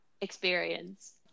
experience